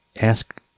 ask